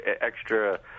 extra